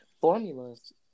formulas